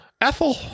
ethel